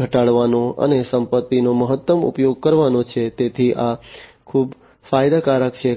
ઘટાડવાનો અને સંપત્તિનો મહત્તમ ઉપયોગ કરવાનો છે તેથી આ ખૂબ ફાયદાકારક છે